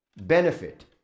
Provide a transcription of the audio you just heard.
benefit